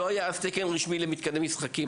אז לא היה תקן רשמי למתקני משחקים,